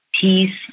Peace